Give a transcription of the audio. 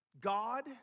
God